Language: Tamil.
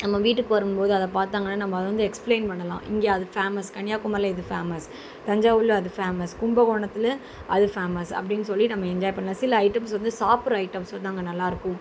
நம்ம வீட்டுக்கு வரும்போது அதை பார்த்தாங்கன்னா நம்ம அதை வந்து எக்ஸ்பிளைன் பண்ணலாம் இங்கே அது ஃபேமஸ் கன்னியாகுமரியில இது ஃபேமஸ் தஞ்சாவூர்ல அது ஃபேமஸ் கும்பகோணத்தில் அது ஃபேமஸ் அப்படின்னு சொல்லி நம்ம என்ஜாய் பண்ணலாம் சில ஐட்டம்ஸ் வந்து சாப்பிட்ற ஐட்டம்ஸ் வந்து அங்கே நல்லாயிருக்கும்